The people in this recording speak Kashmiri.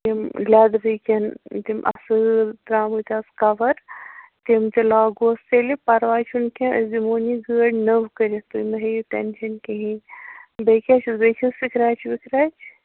یِم لٮ۪درٕکٮ۪ن تِم اَصۭل درٛامٕتۍ آز کَوَر تِم تہِ لاگوس تیٚلہِ پرواے چھُنہٕ کینٛہہ أسۍ دِمون یہِ گٲڑۍ نٔو کٔرِتھ تُہۍ مہٕ ہیٚیِو ٹٮ۪نشَن کِہیٖنۍ بیٚیہِ کیٛاہ چھُس بیٚیہِ چھِس سِکرٛیچ وِکرٛیچ